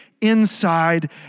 inside